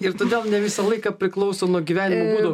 ir todėl ne visą laiką priklauso nuo gyvenimo būdo